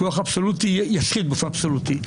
וכוח אבסולוטי ישחית באופן אבסולוטי.